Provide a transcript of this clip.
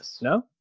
No